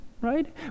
right